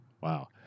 Wow